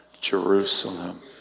Jerusalem